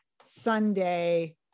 Sunday